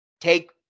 take